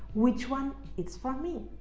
which one is for me.